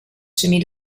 chemie